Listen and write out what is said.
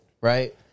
right